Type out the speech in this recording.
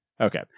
Okay